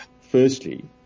firstly